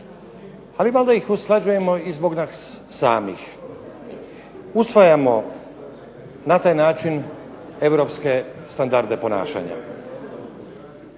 ali valjda ih usklađujemo i zbog nas samih. Usvajamo na taj način europske standarde ponašanja.